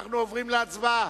אנחנו עוברים להצבעה.